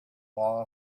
law